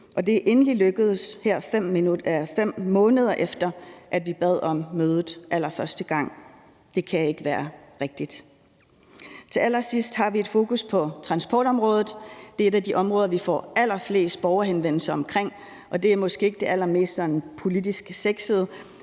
det er endelig lykkedes, her 5 måneder efter at vi bad om mødet allerførste gang. Det kan ikke være rigtigt. Til allersidst har vi et fokus på transportområdet. Det er et af de områder, vi får allerflest borgerhenvendelser om, og det er måske ikke det sådan allermest politisk sexede,